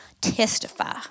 testify